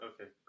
Okay